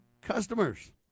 customers